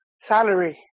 salary